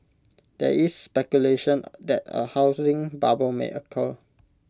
there is speculation that A housing bubble may occur